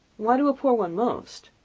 why to a poor one most?